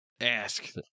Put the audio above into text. Ask